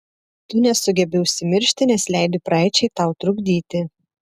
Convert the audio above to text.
tu nesugebi užsimiršti nes leidi praeičiai tau trukdyti